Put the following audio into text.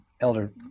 elder